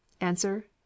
Answer